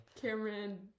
Cameron